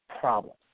problems